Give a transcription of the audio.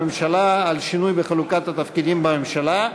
הממשלה על שינוי בחלוקת התפקידים בממשלה,